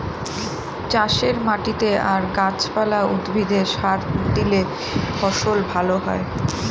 চাষের মাটিতে আর গাছ পালা, উদ্ভিদে সার দিলে ফসল ভালো হয়